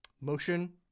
motion